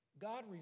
God